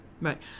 Right